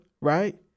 right